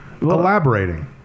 elaborating